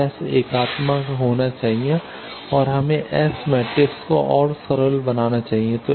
तो S एकात्मक होना चाहिए और हमें S मैट्रिक्स को और सरल बनाना चाहिए